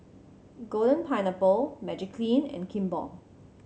Golden Pineapple Magiclean and Kimball